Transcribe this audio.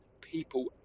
people